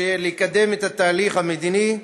לקדם את התהליך המדיני,